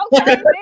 Okay